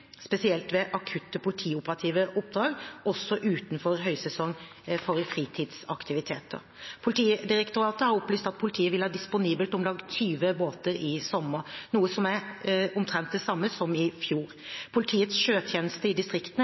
spesielt ved akutte politioperative oppdrag, også utenfor høysesong for fritidsbåtaktiviteter. Politidirektoratet har opplyst at politiet vil ha disponibelt om lag 20 båter i sommer, noe som er omtrent det samme som i fjor. Politiets sjøtjeneste i distriktene